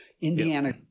Indiana